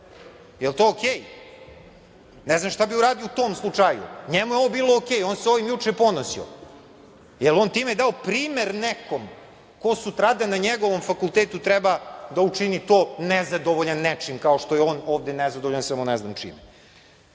jel to uredu. Ne znam šta bi uradio u tom slučaju. Njemu je ovo bilo uredu. on se ovim juče ponosio, jel on time dao primer nekom ko sutradan na njegovom fakultetu treba da učini to, nezadovoljan nečim, kao što je on ovde nezadovoljan, sam one znam čime. Na